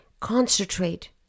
concentrate